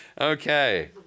okay